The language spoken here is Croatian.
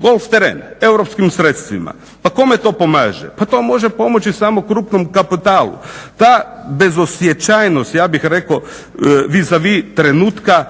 golf teren europskim sredstvima. Pa kome to pomaže? Pa to može pomoći samo krupnom kapitalu. Ta bezosjećajnost ja bih rekao vizavi trenutka